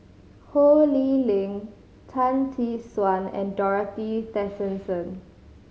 Ho Lee Ling Tan Tee Suan and Dorothy Tessensohn